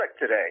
today